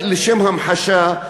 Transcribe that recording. לשם המחשה,